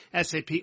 SAP